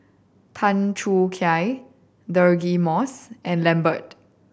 Tan Choo Kai Deirdre Moss and Lambert